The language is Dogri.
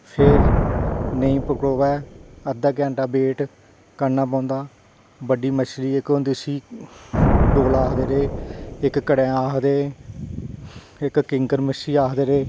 फिर नेईं पकड़ोऐ ते अद्धा घैंटा वेट करना पौंदा बड्डी मच्छली होंदी इक्क उसी डौला आक्खदे रेह् इक्क कड़ेंह् आक्खदे इक्क किंगर मच्छी आक्खदे